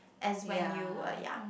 ya